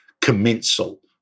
commensal